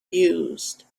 used